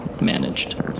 managed